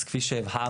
אז כפי שהבהרנו,